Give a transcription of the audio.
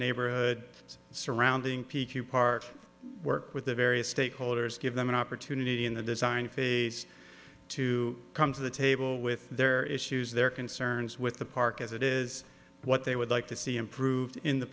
neighborhood surrounding p q part work with the various stakeholders give them an opportunity in the design phase to come to the table with their issues their concerns with the park as it is what they would like to see improved in the